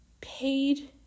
paid